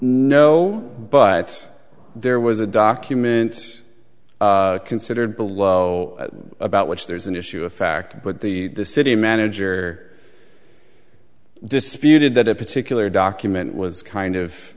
no but there was a document considered below about which there's an issue of fact but the city manager disputed that a particular document was kind of